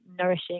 nourishing